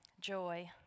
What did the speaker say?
joy